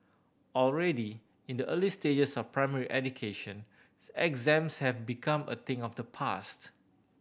already in the early stages of primary education exams have become a thing of the past